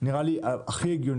זה נראה לי הכי הגיוני.